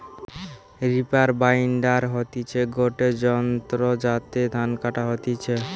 reaper binder হতিছে গটে যন্ত্র যাতে ধান কাটা হতিছে